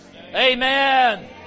Amen